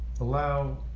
allow